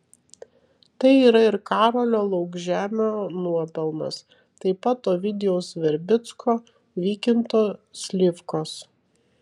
tai yra ir karolio laukžemio nuopelnas taip pat ovidijaus verbicko vykinto slivkos